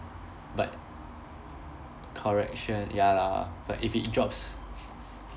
but correction ya lah but if it drops